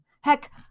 Heck